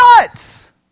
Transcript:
nuts